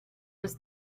was